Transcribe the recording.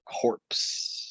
corpse